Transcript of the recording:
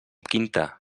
quinta